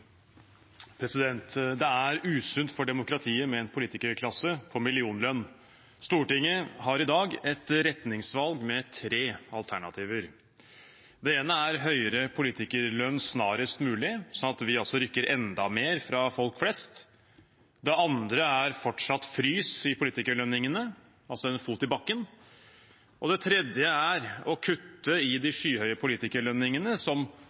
usunt for demokratiet med en politikerklasse på millionlønn. Stortinget har i dag et retningsvalg med tre alternativer. Det ene er høyere politikerlønn snarest mulig, sånn at vi rykker enda mer fra folk flest. Det andre er fortsatt frys i politikerlønningene, altså en fot i bakken. Det tredje er å kutte i de skyhøye politikerlønningene, som